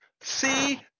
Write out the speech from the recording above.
See